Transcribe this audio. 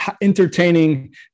entertaining